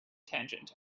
tangent